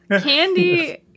Candy